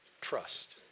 trust